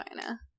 China